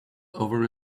over